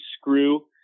screw